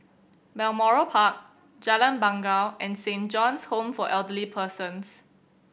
Balmoral Park Jalan Bangau and Saint John's Home for Elderly Persons